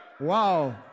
Wow